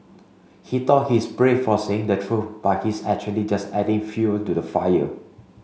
he thought he's brave for saying the truth but he's actually just adding fuel to the fire